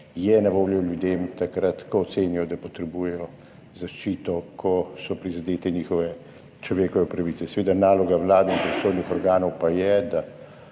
na voljo ljudem, takrat ko ocenijo, da potrebujejo zaščito, ko so prizadete njihove človekove pravice. Naloga Vlade in pristojnih organov pa je, da